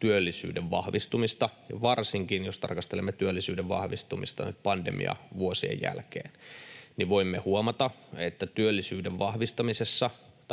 työllisyyden vahvistumista, ja varsinkin jos tarkastelemme työllisyyden vahvistumista nyt pandemiavuosien jälkeen, niin voimme huomata, että työllisyyden